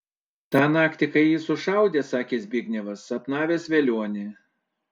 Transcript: tą naktį kai jį sušaudė sakė zbignevas sapnavęs velionį